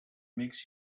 makes